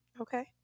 okay